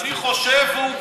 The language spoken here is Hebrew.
אני חושב והוא מבצע.